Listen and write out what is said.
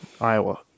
Iowa